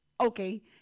Okay